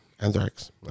Anthrax